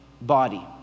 body